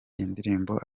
indirimbo